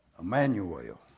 Emmanuel